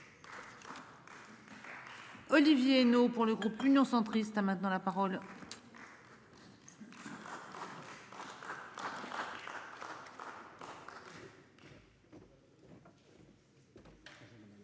Olivier Henno. Pour le groupe Union centriste a maintenant la parole. Madame